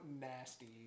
nasty